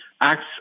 Acts